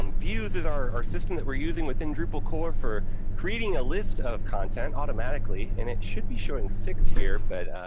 um views is our system that we're using within drupal core for creating a list of content automatically, and it should be showing six here, but,